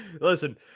listen